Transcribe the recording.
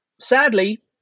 sadly